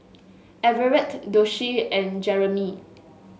Everett Doshie and Jeramie